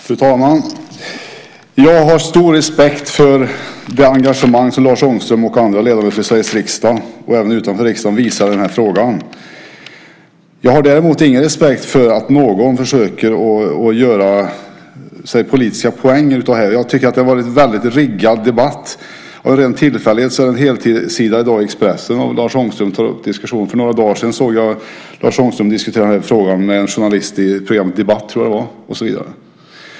Fru talman! Jag har stor respekt för det engagemang som Lars Ångström och andra ledamöter av Sveriges riksdag och även människor utanför riksdagen visar i den här frågan. Jag har däremot ingen respekt för att någon försöker göra sig politiska poäng på det här. Jag tycker att det har varit en riggad debatt. Av en hel tillfällighet är det en helsida i dag i Expressen där Lars Ångström tar upp en diskussion. För några dagar sedan såg jag Lars Ångström diskutera frågan med en journalist i programmet Debatt - tror jag att det var - och så vidare.